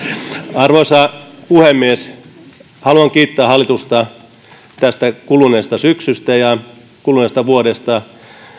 arvoisa puhemies haluan kiittää hallitusta tästä kuluneesta syksystä ja kuluneesta vuodesta